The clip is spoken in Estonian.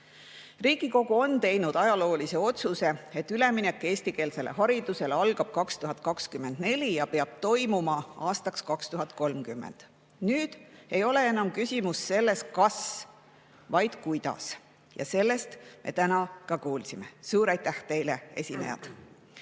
vastu. Riigikogu on teinud ajaloolise otsuse, et üleminek eestikeelsele haridusele algab 2024 ja peab toimuma aastaks 2030. Nüüd ei ole enam küsimus selles, kas, vaid kuidas. Ja sellest me täna ka kuulsime. Suur aitäh teile, esinejad!